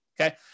okay